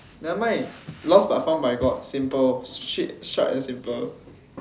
never mind lost but found by god simple sh~ short and simple